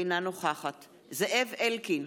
אינה נוכחת זאב אלקין,